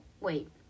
wait